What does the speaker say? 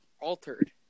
altered